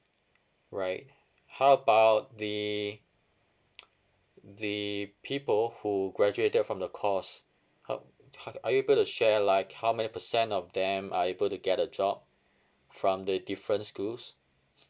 right how about the the people who graduated from the course how how are you able share like how many percent of them are able to get a job from the different schools